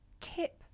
tip